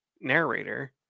narrator